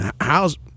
how's